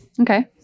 okay